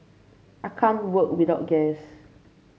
I can't work without gas